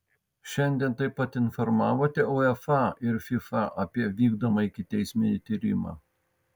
šiandien taip pat informavote uefa ir fifa apie vykdomą ikiteisminį tyrimą